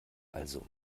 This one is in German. also